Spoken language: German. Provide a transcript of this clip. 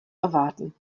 erwarten